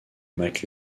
mac